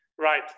Right